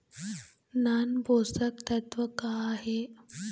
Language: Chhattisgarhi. नान पोषकतत्व का हे?